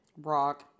rock